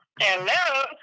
Hello